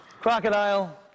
Crocodile